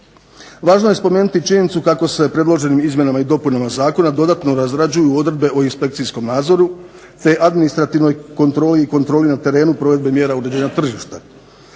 Važno je spomenuti činjenicu kako se predloženim izmjenama i dopunama zakona dodatno razrađuju odredbe o inspekcijskom nadzoru, te administrativnoj kontroli i kontroli na terenu provedbe mjera određena tržišta